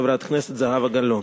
חברת הכנסת זהבה גלאון.